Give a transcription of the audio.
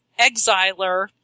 exiler